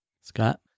Scott